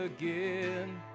again